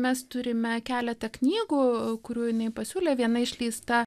mes turime keletą knygų kurių jinai pasiūlė viena išleista